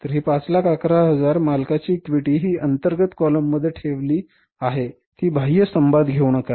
तर ही 511000 मालकाची इक्विटी ही अंतर्गत कॉलममध्ये ठेवली आहे ती बाह्य स्तंभात घेऊ नका